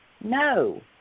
No